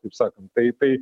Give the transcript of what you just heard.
taip sakant tai tai